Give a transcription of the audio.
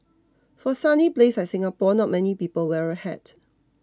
for a sunny place like Singapore not many people wear a hat